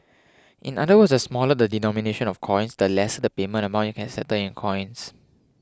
in other words the smaller the denomination of coins the lesser the payment amount you can settle in coins